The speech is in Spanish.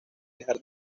dejar